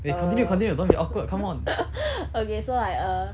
eh continue continue don't be awkward come on